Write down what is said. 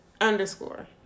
underscore